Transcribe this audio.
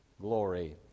glory